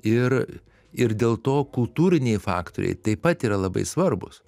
ir ir dėl to kultūriniai faktoriai taip pat yra labai svarbūs